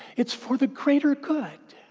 it's for the greater good.